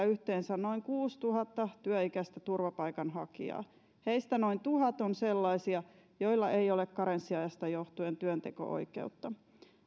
yhteensä noin kuusituhatta työikäistä turvapaikanhakijaa heistä noin tuhat on sellaisia joilla ei ole karenssiajasta johtuen työnteko oikeutta